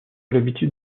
l’habitude